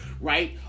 right